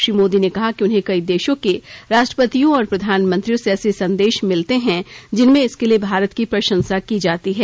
श्री मोदी ने कहा कि उन्हें कई देशों के राष्ट्रपतियों और प्रधानमंत्रियों से ऐसे संदेश मिलते हैं जिनमें इसके लिए भारत की प्रशंसा की जाती है